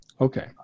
Okay